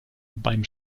beim